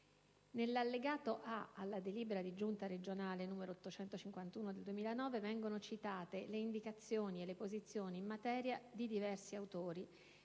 Nell'allegato A alla delibera di giunta regionale n. 851 del 2009 vengono citate le indicazioni e le posizioni, in materia, di diversi autori,